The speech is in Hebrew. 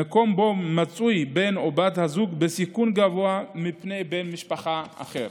במקום שבו יש בן או בת הזוג בסיכון גבוה מפני בן משפחה אחר.